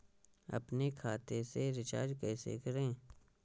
अपने खाते से रिचार्ज कैसे करें?